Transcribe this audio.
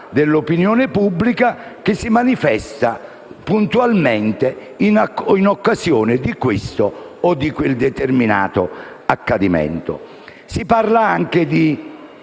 Si parla anche di